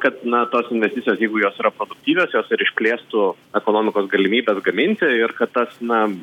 kad na tos investicijos jeigu jos yra produktyvios jos ir išplėstų ekonomikos galimybes gaminti ir kad tas na